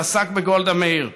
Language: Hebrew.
שעסק בגולדה מאיר.